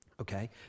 Okay